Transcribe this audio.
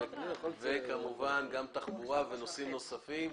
כמובן גם תחבורה ונושאים נוספים.